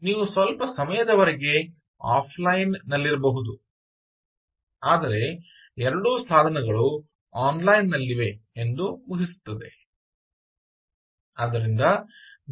ನೀವು ಸ್ವಲ್ಪ ಸಮಯದವರೆಗೆ ಆಫ್ಲೈನ್ ನಲ್ಲಿರಬಹುದು ಆದರೆ ಎರಡೂ ಸಾಧನಗಳು ಆನ್ಲೈನ್ ನಲ್ಲಿವೆ ಎಂದು ಊಹಿಸುತ್ತದೆ